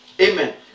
Amen